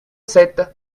sept